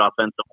offensive